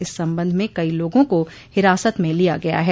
इस संबंध में कई लोगों को हिरासत में लिया गया है